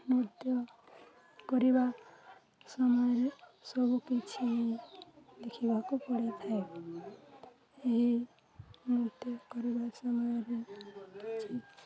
ନୃତ୍ୟ କରିବା ସମୟରେ ସବୁକିଛି ଦେଖିବାକୁ ପଡ଼ିଥାଏ ଏହି ନୃତ୍ୟ କରିବା ସମୟରେ କିଛି